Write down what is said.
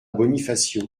bonifacio